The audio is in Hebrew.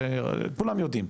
כולם יודעים,